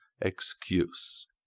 excuse